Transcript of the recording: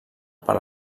per